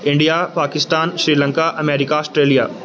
India Pakistan Sri Lanka America Australia